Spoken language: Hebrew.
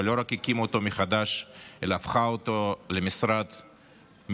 ולא רק הקימה אותו מחדש אלא הפכה אותו למשרד מתפקד,